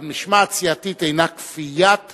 אבל משמעת סיעתית אינה כפיית